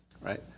right